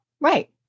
Right